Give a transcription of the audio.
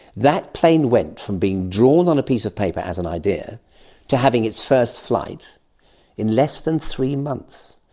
that plane went from being drawn on a piece of paper as an idea to having it's first flight in less than three months.